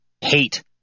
hate